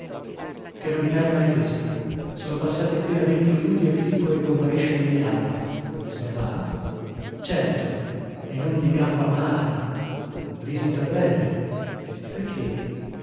che novità è mai questa sono passati appena venti minuti e filippo ricomparisce nel viale se ne va certo e non di gamba malata visita breve perchè